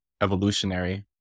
evolutionary